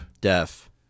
Deaf